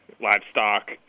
livestock